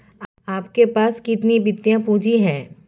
आपके पास कितनी वित्तीय पूँजी है?